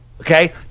Okay